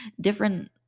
different